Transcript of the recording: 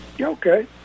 Okay